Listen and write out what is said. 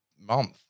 month